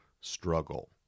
struggle